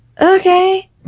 Okay